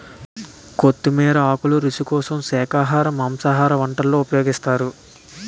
కొత్తిమీర ఆకులు రుచి కోసం శాఖాహార మాంసాహార వంటల్లో ఉపయోగిస్తున్నారు